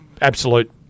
absolute